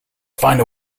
find